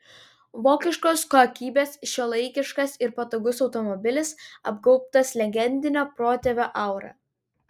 vokiškos kokybės šiuolaikiškas ir patogus automobilis apgaubtas legendinio protėvio aura